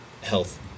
health